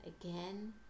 again